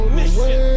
mission